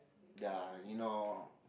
ya you know